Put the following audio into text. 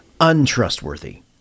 untrustworthy